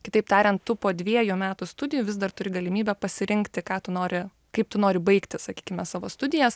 kitaip tariant tu po dviejų metų studijų vis dar turi galimybę pasirinkti ką tu nori kaip tu nori baigti sakykime savo studijas